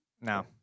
No